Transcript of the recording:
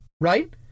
right